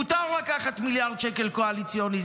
מותר לקחת מיליארד שקל קואליציוני,